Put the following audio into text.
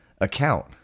account